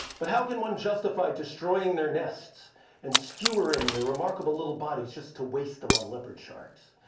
but how can one justify destroying their nests and skewering their remarkable little bodies just to waste them on leopard sharks?